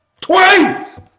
twice